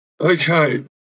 Okay